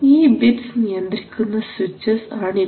ഈ ബിറ്റ്സ് നിയന്ത്രിക്കുന്ന സ്വിച്ചസ് ആണ് ഇവ